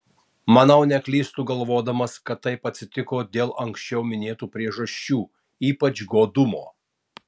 manau neklystu galvodamas kad taip atsitiko dėl anksčiau minėtų priežasčių ypač godumo